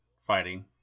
fighting